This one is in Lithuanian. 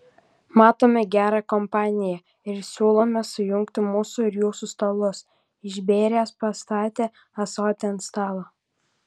matome gerą kompaniją ir siūlome sujungti mūsų ir jūsų stalus išbėręs pastatė ąsotį ant stalo